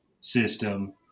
system